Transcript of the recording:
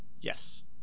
Yes